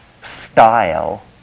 style